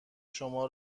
شما